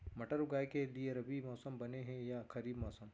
मटर उगाए के लिए रबि मौसम बने हे या खरीफ मौसम?